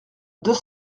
deux